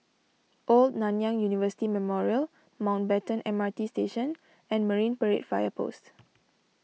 Old Nanyang University Memorial Mountbatten M R T Station and Marine Parade Fire Post